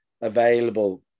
available